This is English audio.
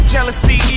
Jealousy